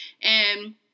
and-